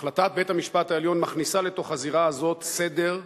החלטת בית-המשפט העליון מכניסה לתוך הזירה הזאת סדר,